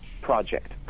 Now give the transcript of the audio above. project